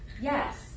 Yes